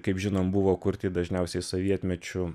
kaip žinom buvo kurti dažniausiai sovietmečiu